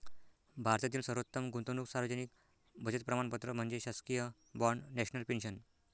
भारतातील सर्वोत्तम गुंतवणूक सार्वजनिक बचत प्रमाणपत्र म्हणजे शासकीय बाँड नॅशनल पेन्शन